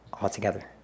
altogether